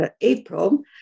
April